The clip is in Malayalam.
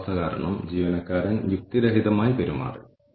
പിന്നെ ജീവനക്കാരുടെ ബന്ധങ്ങൾ എത്ര പേർ ഹാജരില്ല